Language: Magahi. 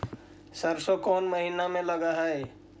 सरसों कोन महिना में लग है?